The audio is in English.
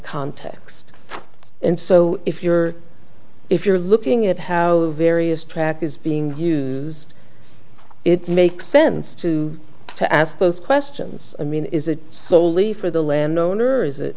context and so if you're if you're looking at how various track is being used it makes sense to to ask those questions i mean is it soley for the landowner or is it